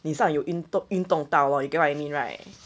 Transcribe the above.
你像有运动运动到 lor you get what I mean right